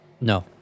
No